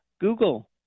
Google